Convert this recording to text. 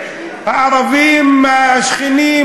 הערבים השכנים,